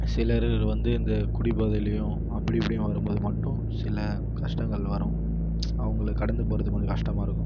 சிலர்கள் வந்து இந்த குடி போதையிலையும் அப்படி இப்படின்னு வரும் போது மட்டும் சில கஷ்டங்கள் வரும் அவங்களை கடந்து போகிறது கொஞ்சம் கஷ்டமாக இருக்கும்